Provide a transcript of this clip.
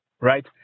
right